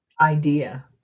idea